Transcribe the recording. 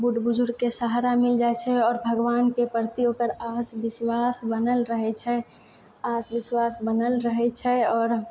बूढ़ बुजुर्गके सहारा मिल जाइत छेै आओर भगवानके प्रति ओकर आस विश्वास बनल रहैत छै आस विश्वास बनल रहैत छै आओर